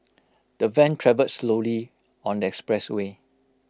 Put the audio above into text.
the van travelled slowly on the expressway